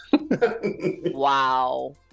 Wow